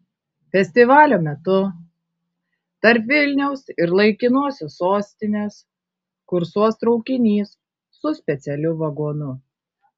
festivalio metu tarp vilniaus ir laikinosios sostinės kursuos traukinys su specialiu vagonu